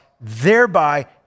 thereby